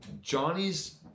Johnny's